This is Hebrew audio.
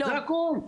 זה הכול.